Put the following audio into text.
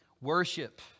Worship